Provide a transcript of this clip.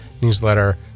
newsletter